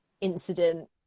incident